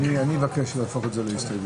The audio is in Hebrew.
אני מבקש להפוך את זה להסתייגות.